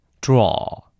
draw